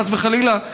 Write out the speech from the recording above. חס וחלילה,